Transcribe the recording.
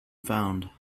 found